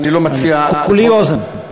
כולי אוזן.